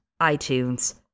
iTunes